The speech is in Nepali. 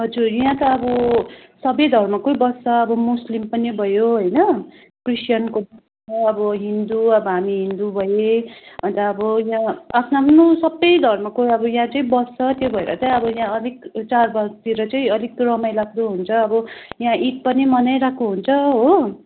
हजुर यहाँ त अब सबै धर्मकै बस्छ अब मुस्लिम पनि भयो होइन क्रिसियनको छ अब हिन्दू अब हामी हिन्दू भए अन्त अब यहाँ आफ्नो आफ्नो सबै धर्मको अब यहाँ चाहिँ बस्छ त्यही भएर चाहिँ अब यहाँ अलिक चाडबाडतिर चाहिँ अलिक रमाइलाग्दो हुन्छ अब यहाँ ईद पनि मनाइरहेको हुन्छ हो